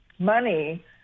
money